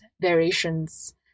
variations